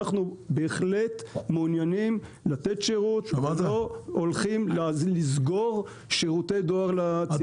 אנחנו בהחלט מעוניינים לתת שירות ולא הולכים לסגור שירותי דואר לציבור.